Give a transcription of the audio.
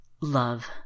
Love